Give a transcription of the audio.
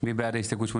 מי בעד הסתייגות 89?